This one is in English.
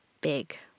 big